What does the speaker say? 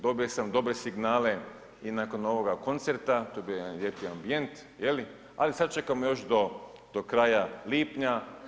Dobio sam dobre signale i nakon ovoga koncerta, to je bio jedan lijepi ambijent, ali sad čekam još do kraja lipnja.